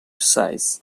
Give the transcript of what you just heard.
size